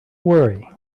worry